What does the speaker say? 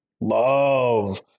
love